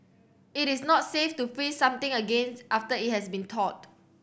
it is not safe to freeze something again after it has been thawed